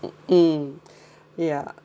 mm ya